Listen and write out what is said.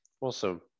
Awesome